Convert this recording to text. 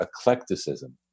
eclecticism